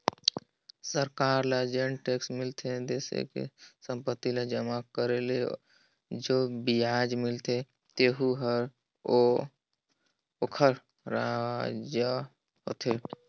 सरकार ल जेन टेक्स मिलथे देस के संपत्ति ल जमा करे ले जो बियाज मिलथें तेहू हर तो ओखर राजस्व होथे